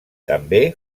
també